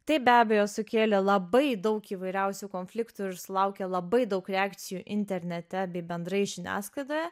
tai be abejo sukėlė labai daug įvairiausių konfliktų ir sulaukė labai daug reakcijų internete bei bendrai žiniasklaidoje